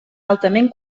altament